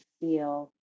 feel